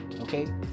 okay